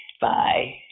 Bye